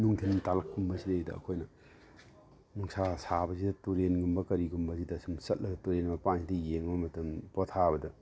ꯅꯨꯡꯗꯤꯟ ꯇꯥꯜꯂꯛ ꯀꯨꯝꯕꯁꯤꯗ ꯑꯩꯈꯣꯏꯅ ꯅꯨꯡꯁꯥ ꯁꯥꯕꯁꯤꯗ ꯇꯨꯔꯦꯟꯒꯨꯝꯕ ꯀꯔꯤꯒꯨꯝꯕꯁꯤꯗ ꯁꯨꯝ ꯆꯠꯂꯒ ꯇꯨꯔꯦꯟ ꯃꯄꯥꯟꯁꯤꯗ ꯌꯦꯡꯉꯨꯕ ꯃꯇꯝ ꯄꯣꯊꯥꯕꯗ